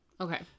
okay